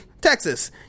Texas